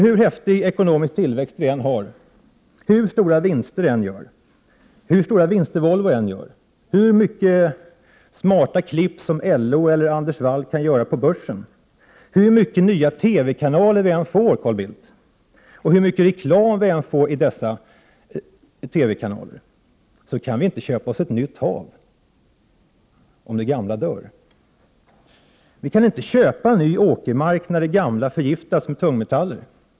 Hur häftig ekonomisk tillväxt vi än har, hur stora vinster vi än gör, hur stora vinster Volvo än gör, hur många smarta klipp som LO eller Anders Wall än kan göra på börsen, hur många nya TV-kanaler vi än får, Carl Bildt, och hur mycket reklam vi än får i dessa TV-kanaler, kan vi inte köpa oss ett nytt hav om det gamla dör. Vi kan inte köpa oss ny åkermark när den gamla förgiftats med tungmetaller.